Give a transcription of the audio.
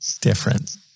different